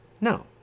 No